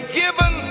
given